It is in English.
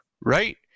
right